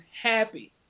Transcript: happy